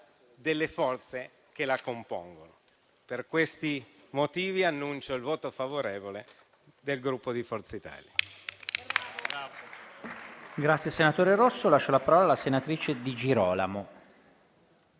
delle forze che la compongono. Per questi motivi, annuncio il voto favorevole del Gruppo Forza Italia.